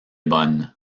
bonne